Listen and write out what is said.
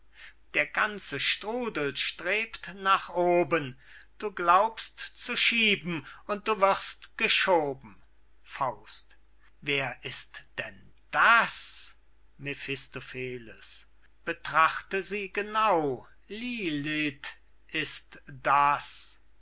der ganze strudel strebt nach oben du glaubst zu schieben und du wirst geschoben wer ist denn das mephistopheles betrachte sie genau lilith ist das